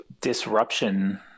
disruption